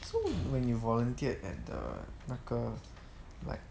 so when you volunteered at the 那个 like